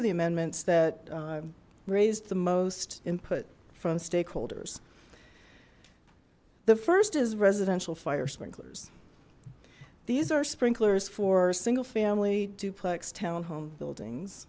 of the amendments that raised the most input from stakeholders the first is residential fire sprinklers these are sprinklers for single family duplex townhome buildings